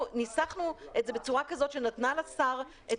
ניסחנו את זה בצורה כזאת שנתנה לשר את